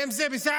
ואם זה בסעווה.